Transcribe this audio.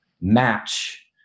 match